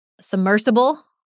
submersible